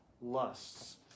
Lusts